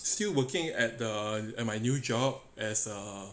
still working at the at my new job as a